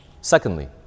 Secondly